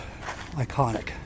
Iconic